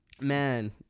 Man